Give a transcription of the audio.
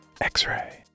X-Ray